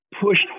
pushed